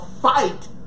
fight